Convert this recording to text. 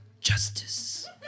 justice